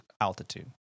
altitude